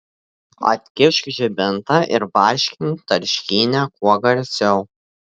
atkišk žibintą ir barškink tarškynę kuo garsiau